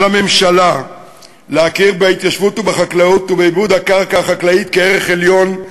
על הממשלה להכיר בהתיישבות ובחקלאות ובעיבוד הקרקע החקלאית כערך עליון,